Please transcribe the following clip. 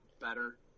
better